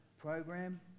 program